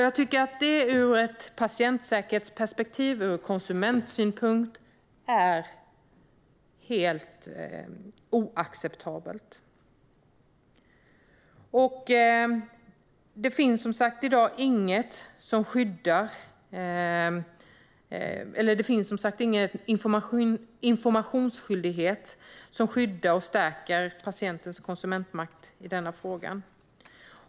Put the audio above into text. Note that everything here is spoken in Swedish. Jag tycker att det ur patientsäkerhetsperspektiv och konsumentsynpunkt är helt oacceptabelt. Det finns som sagt i dag ingen informationsskyldighet som skyddar och stärker patientens konsumentmakt i denna fråga.